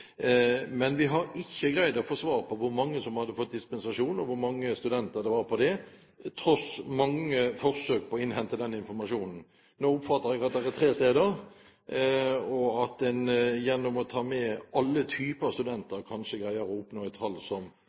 Men vi har ikke greid å få svar på hvor mange som hadde fått dispensasjon, og hvor mange studenter det var, tross mange forsøk på å innhente den informasjonen. Nå oppfatter jeg at det er tre steder, og at en gjennom å ta med alle typer studenter kanskje greier å oppnå et tall